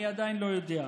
אני עדיין לא יודע.